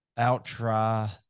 Ultra